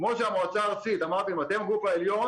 כמו שאמרתם שהמועצה הארצית אתם הגוף העליון